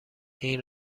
این